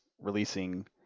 releasing